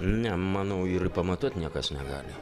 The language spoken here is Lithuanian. ne manau ir pamatuot niekas negali